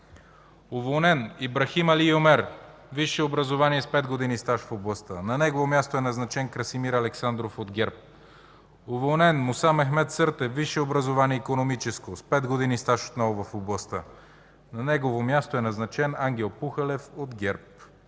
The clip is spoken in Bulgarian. Уволнен: Ибрахим Али Юмер. Висше образование, с пет години стаж в областта. На негово място е назначен Красимир Александров от ГЕРБ. Уволнен: Муса Мехмед Съртев. Висше образование – икономическо, с пет години стаж отново в областта. На негово място е назначен Ангел Кукалев от ГЕРБ.